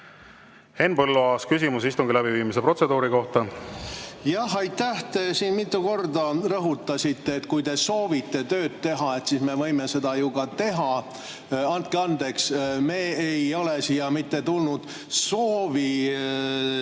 Henn Põlluaas, küsimus istungi läbiviimise protseduuri kohta. Aitäh! Te siin mitu korda rõhutasite, et kui te soovite tööd teha, siis me võime seda ju ka teha. Andke andeks! Me ei ole siia tulnud soovist